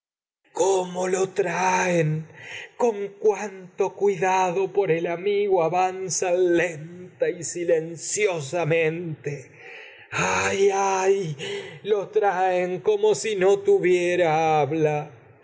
cómo traen con cuidado por el amigo avanzan lenta y silenciosamente habla ayay de lo traen como si no o tuviera